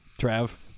Trav